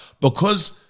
because-